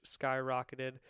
skyrocketed